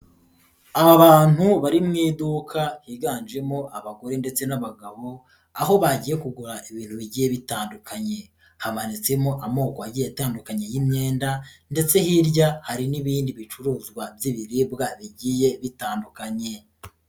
Abantu bari mu iduka higanjemo abagore ndetse n'abagabo, aho bagiye kugura ibintu bigiye bitandukanye, hamanitsemo amoko agiye atandukanye y'imyenda ndetse hirya hari n'ibindi bicuruzwa by'ibiribwa bigiye bitandukanye.